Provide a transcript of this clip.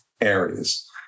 areas